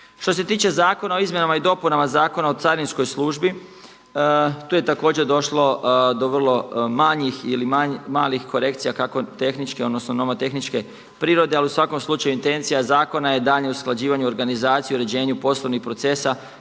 Što se tiče Zakona o izmjenama i dopunama Zakona o carinskoj službi, tu je također došlo do vrlo manjih ili malih korekcija, kako tehničkih, odnosno novotehničke prirode, ali u svakom slučaju intencija zakona je daljnje usklađivanje organizacije u uređenju poslovnih procesa